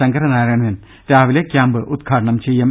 ശങ്കരനാരായണൻ രാവിലെ ക്യാംപ് ഉദ്ഘാടനം ചെയ്യും